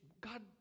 God